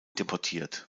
deportiert